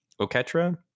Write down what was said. Oketra